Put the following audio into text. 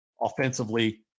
offensively